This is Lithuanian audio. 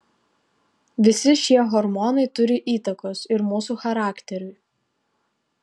visi šie hormonai turi įtakos ir mūsų charakteriui